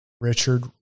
Richard